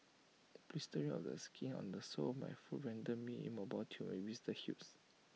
blistering of the skin on the sole of my feet render me immobile till the blisters heals